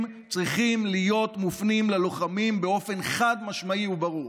צריכים להיות מופנים ללוחמים באופן חד-משמעי וברור.